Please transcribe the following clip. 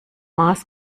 mars